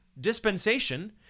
dispensation